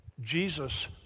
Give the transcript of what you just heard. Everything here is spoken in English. Jesus